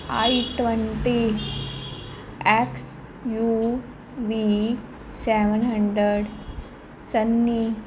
I twenty XUV seven hundred sunny